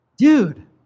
Dude